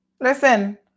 listen